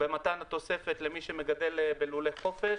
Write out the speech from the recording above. במתן התוספת למי שמגדל בלולי חופש,